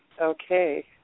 Okay